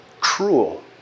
cruel